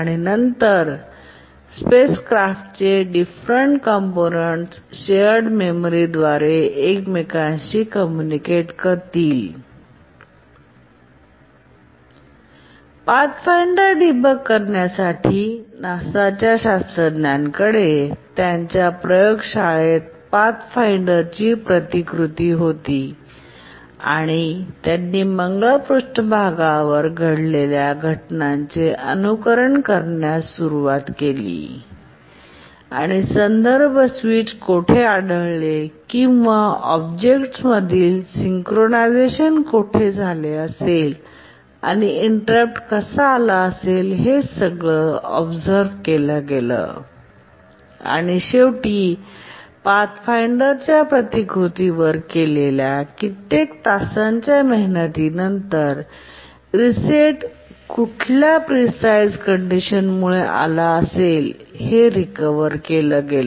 आणि नंतर स्पेसक्राफ्टचे डिफेरेन्ट कॉम्पोनंट्स शेअर्ड मेमरी द्वारे एकमेकांशी कॉम्युनिकेट करतील पाथफाइंडर डीबग करण्यासाठी नासाच्या शास्त्रज्ञांकडे त्यांच्या प्रयोग शाळेत पाथफाइंडरची प्रतिकृती होती आणि त्यांनी मंगळ पृष्ठभागावर घडलेल्या घटनांचे अनुकरण करण्यास सुरवात केली आणि संदर्भ स्विच कोठे आढळले किंवा ऑब्जेक्टसमधील सिंक्रोनायझेशन कोठे झाले असेल आणि इंटेररप्ट कसा आला असेल हे सगळं ऑबसेर्व्ह केला गेला आणि शेवटी पाथफाईंडरच्या प्रतिकृतीवर केलेल्या कित्येक तासांच्या मेहनतीनंतर रीसेट कुठल्या प्रीसाईझ कंडिशन मुळे आला असेल हे रिकव्हर केल गेल